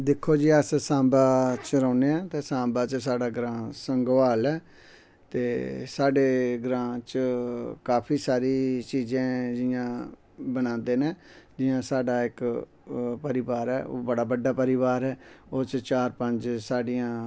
दिक्खो जी अस सांबा च रौह्ने आं ते सांबा च साढ़ा ग्रांऽ संगोआल ऐ ते साढ़ै ग्रांऽ बिच्च काफी सारी चीजें जियां बनांदे नै जियां साढ़ा इक परिवार ऐ बड़ा बड्डा परिवार ऐ उस च चार पंज साढ़ियां